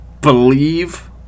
believe